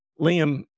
Liam